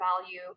value